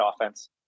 offense